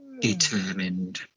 determined